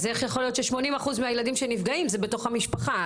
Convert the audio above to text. אז איך יכול להיות ש-80% מהילדים שנפגעים זה בתוך המשפחה?